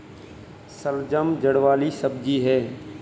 शलजम जड़ वाली सब्जी है